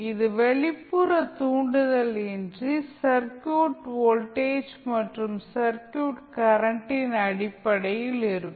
இது வெளிப்புற தூண்டுதல் இன்றி சர்க்யூட் வோல்டேஜ் மற்றும் சர்க்யூட் கரண்டின் அடிப்படையில் இருக்கும்